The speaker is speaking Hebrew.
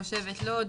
תושבת לוד,